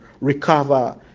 recover